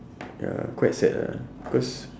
ya quite sad lah because